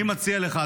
אני מציע לך,